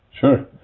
Sure